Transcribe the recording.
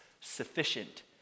sufficient